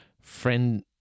friend